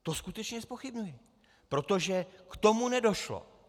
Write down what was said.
To skutečně zpochybňuji, protože k tomu nedošlo.